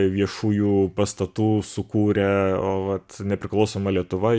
viešųjų pastatų sukūrė o vat nepriklausoma lietuva